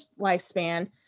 lifespan